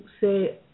say